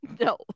No